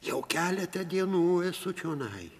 jau keletą dienų esu čionai